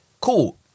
cool